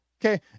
Okay